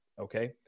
okay